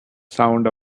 sound